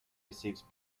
receives